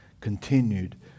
continued